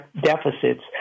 deficits